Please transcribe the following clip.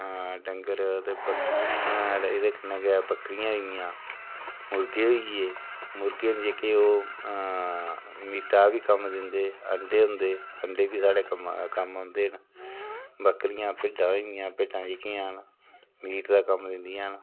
डंगर ते एह्दे कन्नै गै बक्करियां होई गेइयां मुर्गे होई गे मुर्गे न जेह्के ओह् मीटा दा बी कम्म दिंदे आंडे होंदे अंडे बी साढ़े कम कम्म आंदे न बक्करियां भिड्डां होई गेइयां भिड्डां जेह्कियां न मीट दा कम्म दिंदियां न